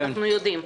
אנחנו יודעים.